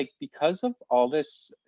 like because of all this,